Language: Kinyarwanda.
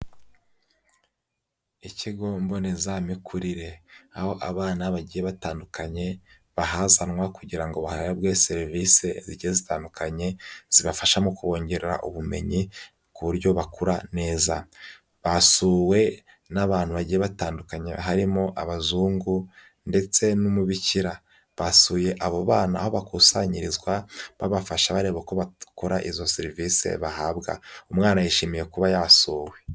Ikigo mbonezamikurire. Aho abana bagiye batandukanye bahazanwa kugira ngo bahabwe serivisi zigiye zitandukanye, zibafasha mu kubongerera ubumenyi ku buryo bakura neza. Basuwe n'abantu bagiye batandukanye harimo abazungu ndetse n'umubikira. Basuye abo bana aho bakusanyirizwa babafasha bareba ko bakora izo serivisi bahabwa. Umwana yishimiye kuba yasuwe.